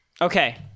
Okay